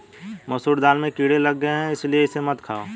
मसूर दाल में कीड़े लग गए है इसलिए इसे मत खाओ